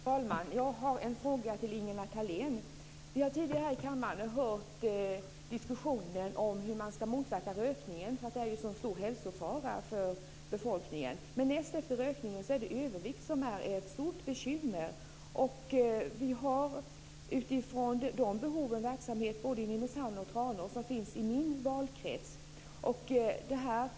Fru talman! Jag har en fråga till Ingela Thalén. Vi har tidigare här i kammaren hört diskussioner om hur man ska motverka rökningen eftersom den är en så stor hälsofara för befolkningen. Näst efter rökning är övervikt ett stort bekymmer. Utifrån de behoven finns verksamhet både i Nynäshamn och i Tranås - i min valkrets.